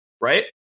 right